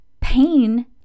pain